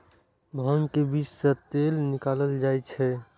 भांग के बीज सं तेल निकालल जाइ छै